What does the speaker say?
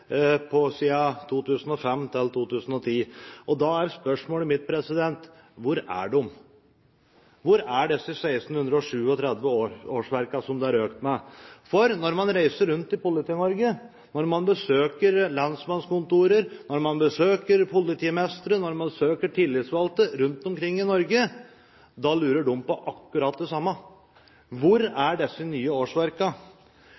Da er spørsmålet mitt: Hvor er de? Hvor er disse 1 637 årsverkene som man har økt med? Når man reiser rundt i Politi-Norge, når man besøker lensmannskontorer, når man besøker politimestre, når man besøker tillitsvalgte rundt omkring i Norge, lurer de på akkurat det samme: Hvor